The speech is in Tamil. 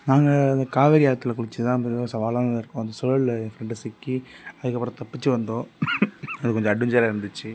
நாங்கள் அது காவேரி ஆற்றுல குளித்ததுதான் வந்து மிகவும் சவாலானதாக இருக்கும் அந்த சுழலில் என் ஃப்ரெண்டு சிக்கி அதுக்கப்புறம் தப்பித்து வந்தோம் அது கொஞ்சம் அட்வென்ச்சராக இருந்துச்சு